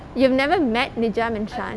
you've never met mijum and sham